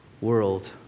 world